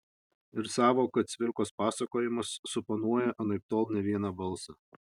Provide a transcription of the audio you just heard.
ir sąvoka cvirkos pasakojimas suponuoja anaiptol ne vieną balsą